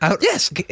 Yes